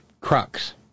crux